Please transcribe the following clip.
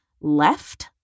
left